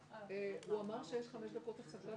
של חברי הכנסת מירב